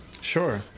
Sure